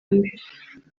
mbere